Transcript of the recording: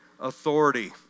authority